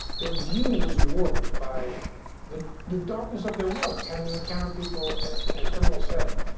their view was warped by the the darkness of their work, having to encounter people in a criminal setting.